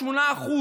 8%,